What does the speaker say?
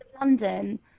London